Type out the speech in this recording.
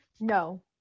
No